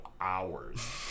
hours